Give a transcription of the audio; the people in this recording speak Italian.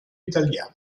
italiano